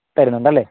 തരുന്നുണ്ട് അല്ലെ